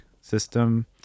system